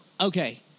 Okay